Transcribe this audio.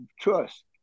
trust